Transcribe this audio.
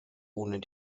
wohnen